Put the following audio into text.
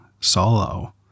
solo